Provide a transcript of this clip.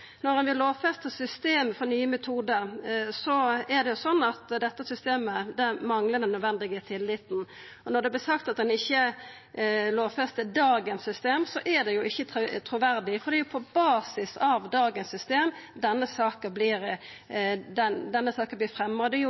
Når ein vil lovfesta systemet for nye metodar, er det sånn at dette systemet manglar den nødvendige tilliten. Og når det vert sagt at ein ikkje lovfestar dagens system, er ikkje det truverdig, for det er jo på basis av dagens system denne saka